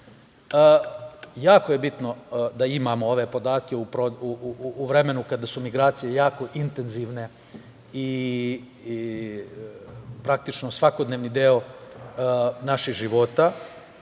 Jako je bitno da imamo ove podatke u vremenu kada su migracije jako intenzivne i praktično svakodnevni deo naših života. Takođe,